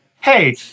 hey